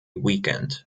weekend